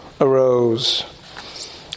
arose